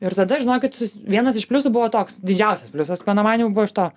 ir tada žinokit vienas iš pliusų buvo toks didžiausias pliusas mano manymu buvo iš to